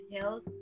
health